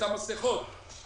את המסכות לקורונה,